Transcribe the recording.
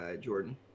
Jordan